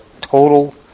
total